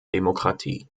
demokratie